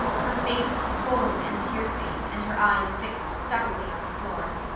her face swollen and tear-stained and her eyes fixed stubbornly on the floor.